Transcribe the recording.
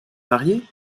mariés